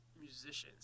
Musicians